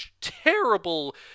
terrible